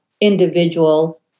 individual